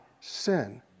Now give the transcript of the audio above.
sin